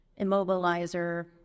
immobilizer